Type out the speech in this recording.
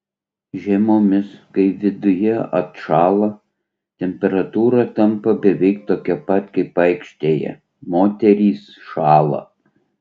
žiemomis kai viduje atšąla temperatūra tampa beveik tokia pat kaip aikštėje moterys šąla